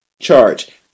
charge